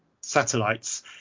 satellites